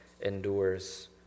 endures